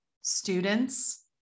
students